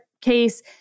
case